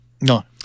No